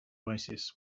oasis